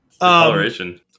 Coloration